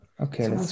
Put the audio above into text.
Okay